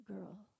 girl